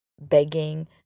begging